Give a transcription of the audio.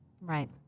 Right